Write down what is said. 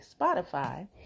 Spotify